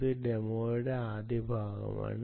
ഇത് ഡെമോയുടെ ആദ്യ ഭാഗമാണ്